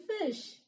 fish